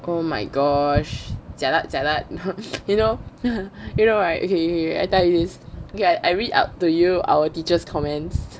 oh my gosh jialat jialat you know you know right okay okay I tell you this okay I read out to you our teachers comments